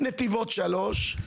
נתיבות 3,